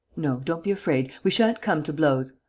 no, don't be afraid. we sha'n't come to blows.